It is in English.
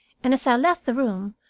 and as i left the room,